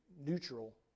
neutral